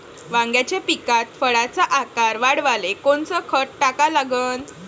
वांग्याच्या पिकात फळाचा आकार वाढवाले कोनचं खत टाका लागन?